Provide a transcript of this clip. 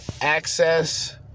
access